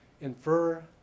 infer